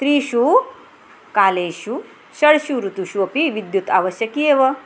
त्रिषु कालेषु षड्सु ऋतुषु अपि विद्युत् आवश्यकी एव